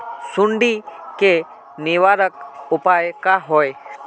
सुंडी के निवारक उपाय का होए?